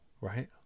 right